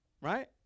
right